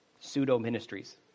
pseudo-ministries